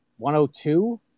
102